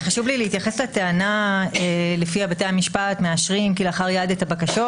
להתייחס לטענה לפיה בתי המשפט מאשרים כלאחר יד את הבקשות,